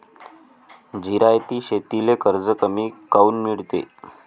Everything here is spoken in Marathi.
जिरायती शेतीले कर्ज कमी काऊन मिळते?